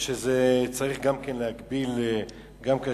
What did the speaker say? זה יהיה קצר, נכון?